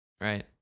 Right